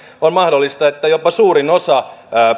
on mahdollista että jopa suurin osa